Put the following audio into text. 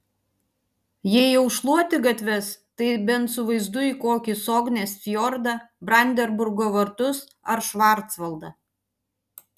jei jau šluoti gatves tai bent su vaizdu į kokį sognės fjordą brandenburgo vartus ar švarcvaldą